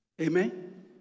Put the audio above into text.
Amen